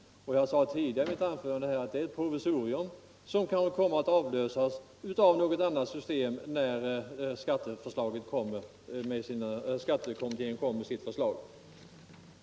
Som jag sade i mitt tidigare anförande är detta ett provisorium som kan komma att avlösas av något annat system när skattekommittén lägger fram sitt förslag.